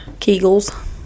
kegels